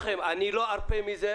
לא ארפה מזה.